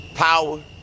Power